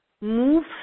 move